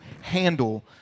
handle